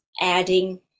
adding